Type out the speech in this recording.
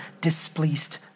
displeased